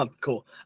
cool